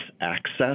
access